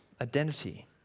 identity